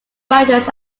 writers